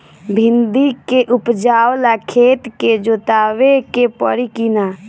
भिंदी के उपजाव ला खेत के जोतावे के परी कि ना?